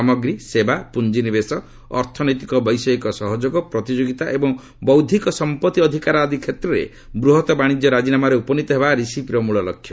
ସାମଗ୍ରୀ ସେବା ପୁଞ୍ଜିନିବେଶ ଅର୍ଥନୈତିକ ବୈଷୟିକ ସହଯୋଗ ପ୍ରତିଯୋଗିତା ଏବଂ ବୌଦ୍ଧିକ ସମ୍ପତ୍ତି ଅଧିକାର ଆଦି କ୍ଷେତ୍ରରେ ବୃହତ୍ ବାଣିଜ୍ୟ ରାଜିନାମାରେ ଉପନୀତ ହେବା ରିସିପ୍ର ମୂଳଲକ୍ଷ୍ୟ